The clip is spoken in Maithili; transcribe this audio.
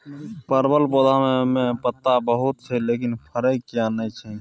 परवल पौधा में पत्ता बहुत छै लेकिन फरय किये नय छै?